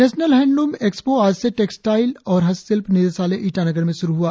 national handloom expo आज से textiles और हस्तशिल्प निदेशालय ईटानगर में शुरु हुआ